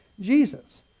Jesus